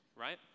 Right